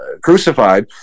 crucified